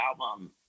album